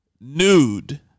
nude